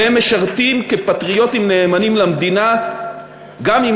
והם משרתים כפטריוטים נאמנים למדינה גם אם